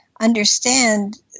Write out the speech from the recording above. understand